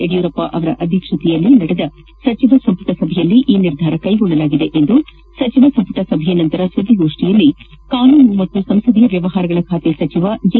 ಯಡಿಯೂರಪ್ಪ ಅವರ ಅಧ್ಯಕ್ಷತೆಯಲ್ಲಿ ನಡೆದ ಸಚಿವ ಸಂಪುಟ ಸಭೆಯಲ್ಲಿ ಈ ನಿರ್ಧಾರ ಕೈಗೊಳ್ಳಲಾಗಿದೆ ಎಂದು ಸಚಿವ ಸಂಪುಟ ಸಭೆಯ ನಂತರ ಸುದ್ದಿಗೋಷ್ಠೀಯಲ್ಲಿ ಕಾನೂನು ಮತ್ತು ಸಂಸದೀಯ ವ್ಯವಹಾರಗಳ ಬಾತೆ ಸಚಿವ ಜೆ